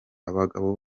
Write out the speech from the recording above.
abagabo